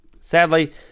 sadly